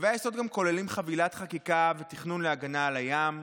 קווי היסוד גם כוללים חבילת חקיקה ותכנון להגנה על הים.